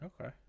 Okay